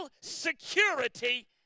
security